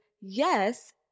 yes